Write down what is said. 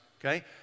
okay